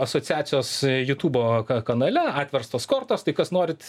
asociacijos jutubo kanale atverstos kortos tai kas norit